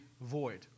void